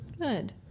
Good